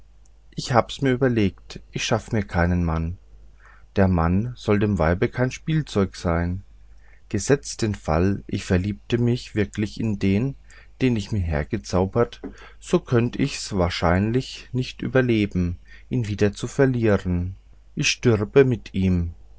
ich hab's mir überlegt ich schaffe mir keinen mann der mann soll dem weibe kein spielzeug sein gesetzt den fall ich verliebte mich wirklich in den den ich mir hergezaubert so könnte ich's wahrlich nicht überleben ihn wieder zu verlieren ich stürbe mit ihm